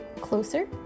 closer